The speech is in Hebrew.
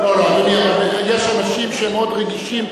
יש אנשים שהם מאוד רגישים,